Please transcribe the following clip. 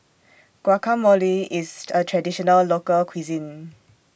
Guacamole IS A Traditional Local Cuisine